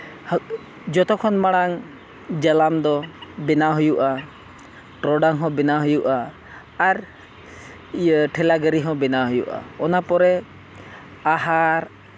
ᱦᱟᱹᱠᱩ ᱡᱚᱛᱚ ᱠᱷᱚᱱ ᱢᱟᱲᱟᱝ ᱡᱟᱞᱟᱢ ᱫᱚ ᱵᱮᱱᱟᱣ ᱦᱩᱭᱩᱜᱼᱟ ᱴᱨᱚᱰᱟᱝ ᱦᱚᱸ ᱵᱮᱱᱟᱣ ᱦᱩᱭᱩᱜᱼᱟ ᱟᱨ ᱤᱭᱟᱹ ᱴᱷᱮᱞᱟ ᱜᱟᱹᱨᱤ ᱦᱚᱸ ᱵᱮᱱᱟᱣ ᱦᱩᱭᱩᱜᱼᱟ ᱚᱱᱟ ᱯᱚᱨᱮ ᱟᱦᱟᱨ